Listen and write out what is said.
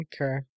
Okay